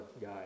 guy